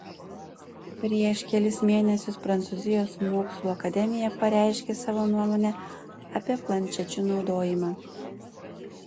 prieš kelis mėnesius prancūzijos mokslų akademija pareiškė savo nuomonę apie planšečių naudojimą